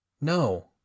No